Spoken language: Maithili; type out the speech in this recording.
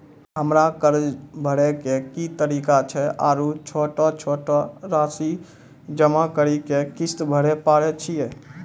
हमरा कर्ज भरे के की तरीका छै आरू छोटो छोटो रासि जमा करि के किस्त भरे पारे छियै?